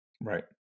Right